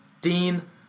Dean